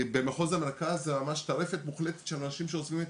במחוז המרכז זה ממש טרפת מוחלטת של אנשים שעוזבים את